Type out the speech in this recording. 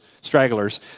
stragglers